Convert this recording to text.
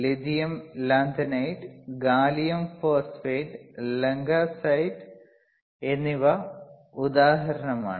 lithium tantalite gallium phosphate langasite എന്നിവ ഉദാഹരണമാണ്